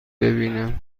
ببینم